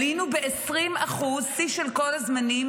עלינו ב-20% שיא של כל הזמנים,